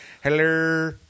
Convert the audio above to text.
hello